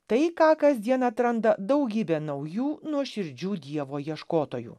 tai ką kasdien atranda daugybė naujų nuoširdžių dievo ieškotojų